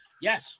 Yes